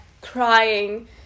crying